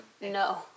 No